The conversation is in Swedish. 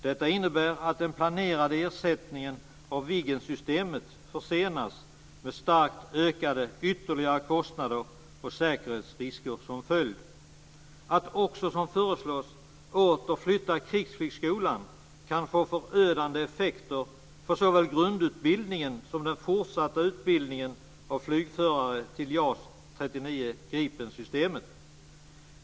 Detta innebär att den planerade ersättningen av Viggensystemet försenas, med ytterligare, starkt ökade, kostnader och säkerhetsrisker som följd. Att också, som föreslås, åter flytta Krigsflygskolan kan få förödande effekter för såväl grundutbildningen som den fortsatta utbildningen av flygförare till JAS 39 Gripen-systemet.